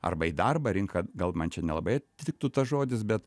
arba į darbo rinka gal man čia nelabai tiktų tas žodis bet